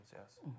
yes